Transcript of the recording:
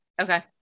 okay